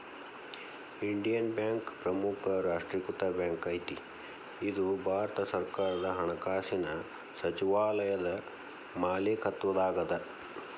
Indian bank ಪ್ರಮುಖ ರಾಷ್ಟ್ರೇಕೃತ bank ಐತಿ ಇದು ಭಾರತ ಸರ್ಕಾರದ ಹಣಕಾಸಿನ್ ಸಚಿವಾಲಯದ ಮಾಲೇಕತ್ವದಾಗದ